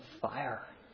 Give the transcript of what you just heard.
fire